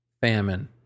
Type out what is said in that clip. Famine